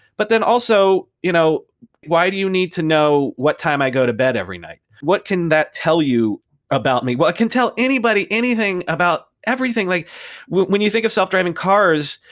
but then also, you know why do you need to know what time i go to bed every night? what can that tell you about me? well, it can tell anybody anything about everything. like when when you think of self-driving cars,